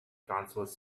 transverse